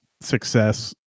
success